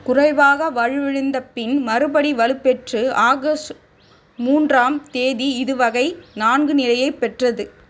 குறைவாக வலுவிழந்து பின் மறுபடி வலுப்பெற்று ஆகஸ்ட் மூன்றாம் தேதி இது வகை நான்கு நிலையைப் பெற்றது